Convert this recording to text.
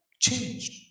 changed